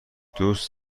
دوست